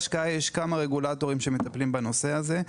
שם יש כמה רגולטורים שמטפלים בנושא הזה.